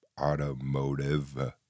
automotive